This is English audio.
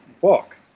book